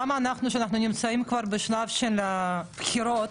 למה כשאנחנו נמצאים בשלב של בחירות